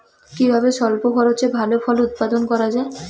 কিভাবে স্বল্প খরচে ভালো ফল উৎপাদন করা যায়?